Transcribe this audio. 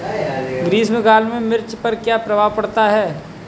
ग्रीष्म काल में मिर्च पर क्या प्रभाव पड़ता है?